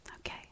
Okay